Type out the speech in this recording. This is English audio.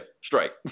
strike